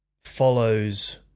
follows